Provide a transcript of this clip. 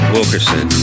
Wilkerson